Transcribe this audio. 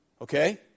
Okay